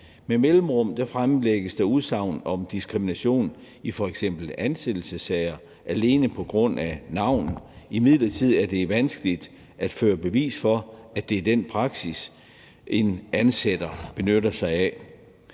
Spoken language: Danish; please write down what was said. med mellemrum udsagn om diskrimination i f.eks. ansættelsessager alene på grund af navnet. Det er imidlertid vanskeligt at føre bevis for, at det er den praksis, der benyttes i